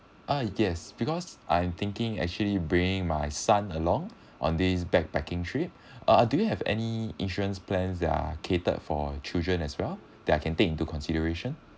ah yes because I'm thinking actually bringing my son along on this backpacking trip uh do you have any insurance plans that are catered for children as well that I can take into consideration